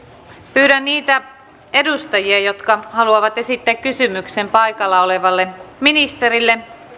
pyydän niitä edustajia jotka haluavat esittää kysymyksen paikalla olevalle ministerille